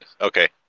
Okay